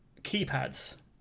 keypads